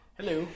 Hello